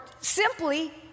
simply